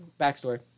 backstory